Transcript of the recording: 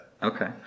Okay